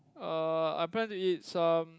uh I plan to eat some